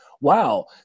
wow